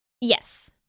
Yes